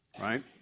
right